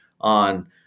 on